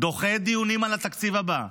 דוחה דיונים על התקציב הבא.